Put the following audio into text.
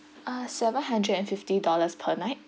uh seven hundred and fifty dollars per night